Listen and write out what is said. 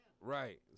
Right